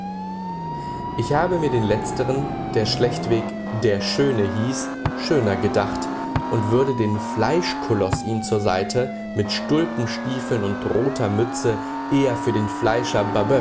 ich habe mir den letzteren der schlechtweg der schöne hieß schöner gedacht und würde den fleischkoloß ihm zur seite mit stulpenstiefeln und roter mütze eher für den fleischer